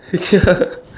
ya